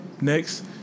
Next